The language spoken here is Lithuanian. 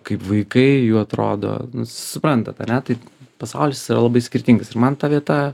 kaip vaikai jų atrodo suprantat ane tai pasaulis yra labai skirtingas ir man ta vieta